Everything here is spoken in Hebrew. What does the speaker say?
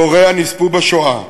שהוריה נספו בשואה,